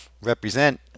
represent